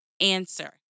answer